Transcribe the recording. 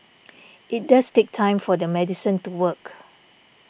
it does take time for the medicine to work